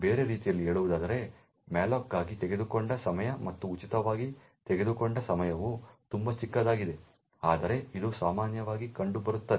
ಬೇರೆ ರೀತಿಯಲ್ಲಿ ಹೇಳುವುದಾದರೆ ಮ್ಯಾಲೋಕ್ಗಾಗಿ ತೆಗೆದುಕೊಂಡ ಸಮಯ ಮತ್ತು ಉಚಿತವಾಗಿ ತೆಗೆದುಕೊಂಡ ಸಮಯವು ತುಂಬಾ ಚಿಕ್ಕದಾಗಿದೆ ಆದರೆ ಇದು ಸಾಮಾನ್ಯವಾಗಿ ಕಂಡುಬರುತ್ತದೆ